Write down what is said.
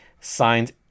signed